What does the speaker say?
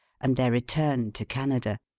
and their return to canada.